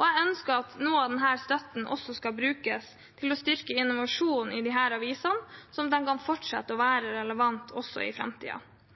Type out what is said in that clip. Jeg ønsker at noe av støtten også skal brukes til å styrke innovasjonen i disse avisene, sånn at de kan fortsette å være relevante også i